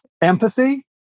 empathy